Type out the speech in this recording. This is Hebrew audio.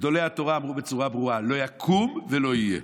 גדולי התורה אמרו בצורה ברורה: לא יקום ולא יהיה.